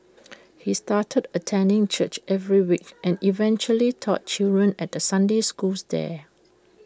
he started attending church every week and eventually taught children at the Sunday schools there